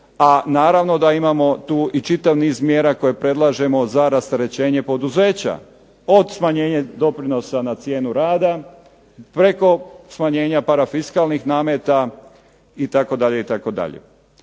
a naravno da imamo tu i čitav niz mjera koje predlažemo za rasterećenje poduzeća. Od smanjenja doprinosa na cijenu rada preko smanjenja parafiskalnih nameta itd.